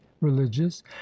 religious